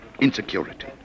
insecurity